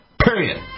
Period